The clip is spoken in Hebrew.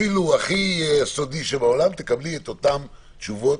אפילו הכי יסודי בעולם, תקבלי את אותן תשובות.